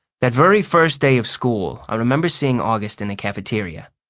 that very first day of school i remember seeing august in the cafeteria.